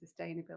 sustainability